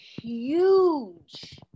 huge